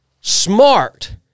smart